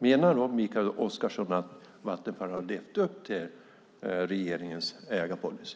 Menar Mikael Oscarsson att Vattenfall har levt upp till regeringens ägarpolicy?